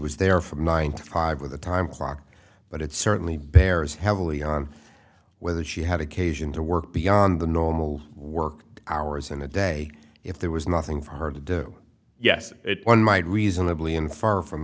was there from nine to five with a time clock but it certainly bears heavily on whether she had occasion to work beyond the normal work hours in the day if there was nothing for her to do yes it one might reasonably infer from